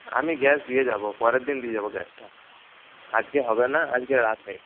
আমি গ্যাস দিয়ে যাব পরের দিন দিয়ে যাব গ্যাসটা আজকে হবে না আজকে রাতে